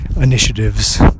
initiatives